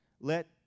let